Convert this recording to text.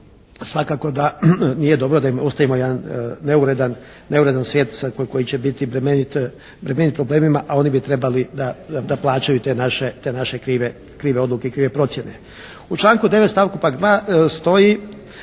svakako da nije dobro da im ostavimo jedan neuredan svijet koji će biti bremenit problemima a oni bi trebali da plaćaju te naše krive odluke i krive procjene. U članku 9. stavku pak 2. stoji